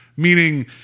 Meaning